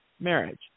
Marriage